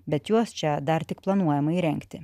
bet juos čia dar tik planuojama įrengti